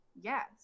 Yes